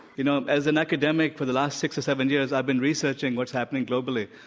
you know, as an academic for the last six or seven years i've been researching what's happening globally.